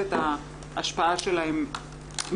את ההשפעה שלהן